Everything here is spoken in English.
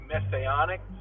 Messianic